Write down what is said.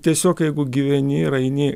tiesiog jeigu gyveni ir eini